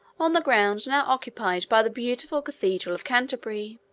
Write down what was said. on the ground now occupied by the beautiful cathedral of canterbury.